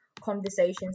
conversations